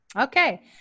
okay